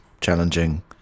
challenging